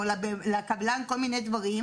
או לקבלן כל מיני דברים.